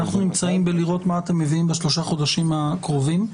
אנחנו נמצאים בלראות מה אתם מביאים בשלושה החודשים הקרובים.